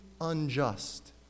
unjust